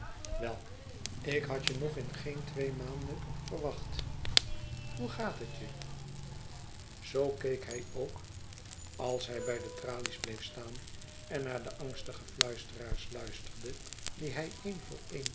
wei ik had je nog in geene twee maanden verwacht hoe gaat het je zoo keek hij ook als hij by de tralies bleef staan en naar de angstige fluisteraars luisterde die hij